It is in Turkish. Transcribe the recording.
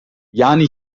yani